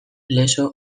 lezo